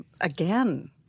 again